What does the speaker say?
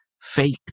fake